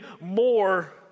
more